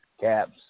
Caps